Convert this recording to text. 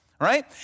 right